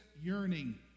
yearning